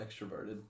extroverted